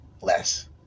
less